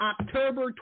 October